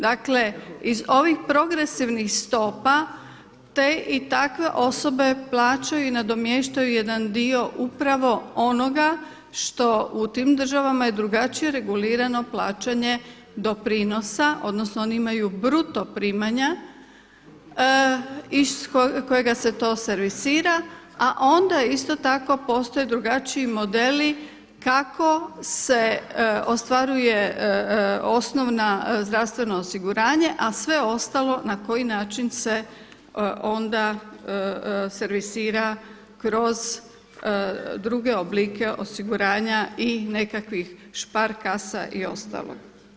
Dakle iz ovih progresivnih stopa te i takve osobe plaćaju i nadomještaju jedan dio upravo onoga što u tim državama je drugačije regulirano plaćanje doprinosa, odnosno oni imaju bruto primanja iz kojega se to servisira a onda isto tako postoje drugačiji modeli kako se ostvaruje osnovna, zdravstveno osiguranje a sve ostalo na koji način se onda servisira kroz druge oblike osiguranja i nekakvih špar kasa i ostalo.